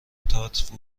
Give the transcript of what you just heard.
تئاتر